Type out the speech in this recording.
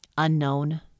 Unknown